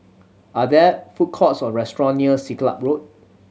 are there food courts or restaurant near Siglap Road